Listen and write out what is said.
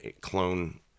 clone